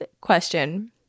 question